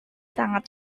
sangat